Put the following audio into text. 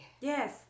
Yes